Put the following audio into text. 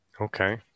Okay